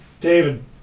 David